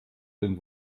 den